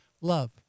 Love